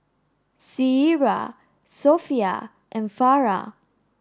Syirah Sofea and Farah